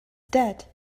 dead